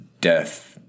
death